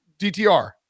DTR